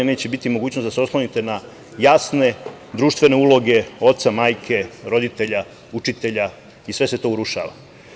Neće biti mogućnosti da se oslonite na jasne društvene uloge oca, majke, roditelja, učitelja i sve se to urušava.